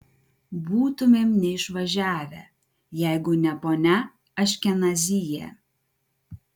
būtumėm neišvažiavę jeigu ne ponia aškenazyje